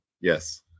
Yes